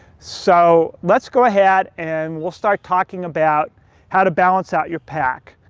so let's go ahead and we'll start talking about how to balance out your pack.